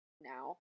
now